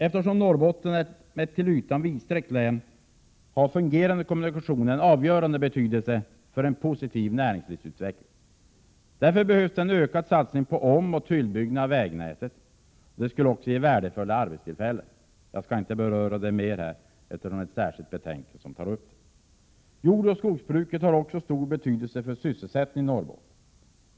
Eftersom Norrbotten är ett till ytan vidsträckt län, har fungerande kommunikationer en avgörande betydelse för en positiv näringslivsutveckling. Därför behövs det en ökad satsning på omoch tillbyggnad av vägnätet. Det skulle också ge värdefulla arbetstillfällen. Jag skall inte beröra den frågan mer i dag, eftersom frågan tas upp i ett särskilt betänkande. Jordoch skogsbruket har också stor betydelse för sysselsättningen i Norrbotten.